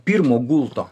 pirmo gulto